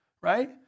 right